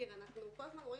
אנחנו רואים